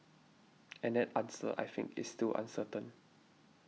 and that answer I think is still uncertain